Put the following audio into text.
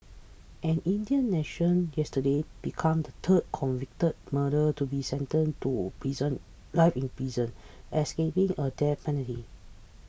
an Indian national yesterday became the third convicted murderer to be sentenced to prison life in prison escaping a death penalty